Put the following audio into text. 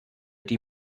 die